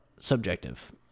subjective